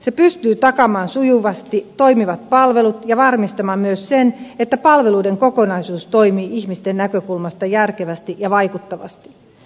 se pystyy takaamaan sujuvasti toimivat palvelut ja varmistamaan myös sen että palveluiden kokonaisuus toimii ihmisten näkökulmasta järkevästi ja vaikuttavasti